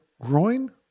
groin